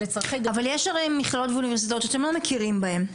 אבל יש הרי מוסדות שאתם לא מכירים בהם.